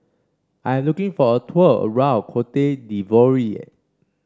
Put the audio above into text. I'm looking for a tour around Cote d'Ivoire